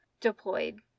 deployed